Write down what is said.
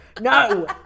No